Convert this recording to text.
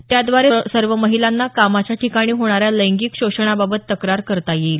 त्याद्वारे सर्व महिलांना कामाच्या ठिकाणी होणाऱ्या लैंगिक शोषणाबाबत तक्रार करता येईल